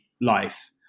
life